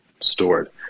stored